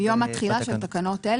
מיום התחילה של התקנות האלה.